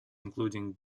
including